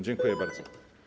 Dziękuję bardzo.